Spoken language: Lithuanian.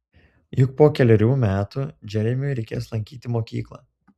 juk po kelerių metų džeremiui reikės lankyti mokyklą